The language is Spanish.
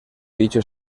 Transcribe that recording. dicho